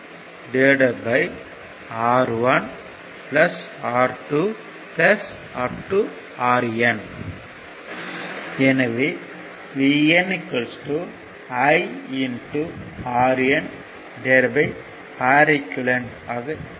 RN எனவே VN I RN Req ஆக இருக்கும்